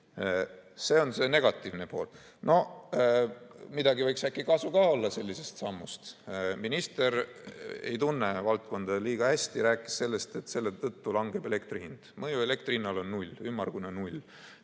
See on negatiivne pool. No midagi võiks äkki kasu ka olla sellisest sammust. Minister ei tunne valdkonda kuigi hästi. Ta rääkis sellest, et selle tõttu elektri hind langeb või mõju elektri hinnale on null, ümmargune null.